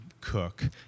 cook